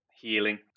healing